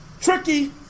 tricky